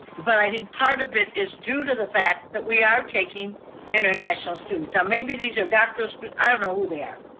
but i think part of it is due to the fact that we are taking international students. maybe these are doctoral students, i don't know who they are.